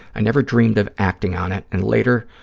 i never dreamed of acting on it and later